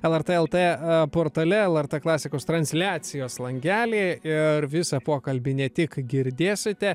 lrt elte portale lrt klasikos transliacijos langelį ir visą pokalbį ne tik girdėsite